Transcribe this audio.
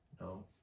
No